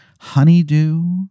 honeydew